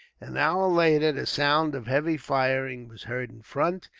an hour later, the sound of heavy firing was heard in front,